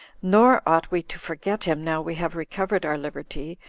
nor ought we to forget him now we have recovered our liberty,